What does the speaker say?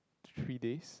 three days